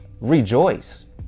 rejoice